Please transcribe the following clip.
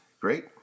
great